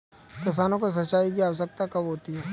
किसानों को सिंचाई की आवश्यकता कब होती है?